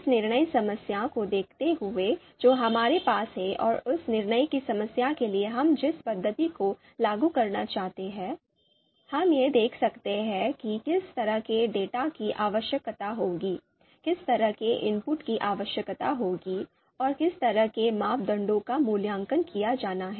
उस निर्णय समस्या को देखते हुए जो हमारे पास है और उस निर्णय की समस्या के लिए हम जिस पद्धति को लागू करना चाहते हैं हम यह देख सकते हैं कि किस तरह के डेटा की आवश्यकता होगी किस तरह के इनपुट की आवश्यकता होगी और किस तरह के मापदंडों का मूल्यांकन किया जाना है